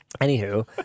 Anywho